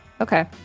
okay